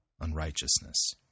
unrighteousness